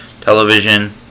Television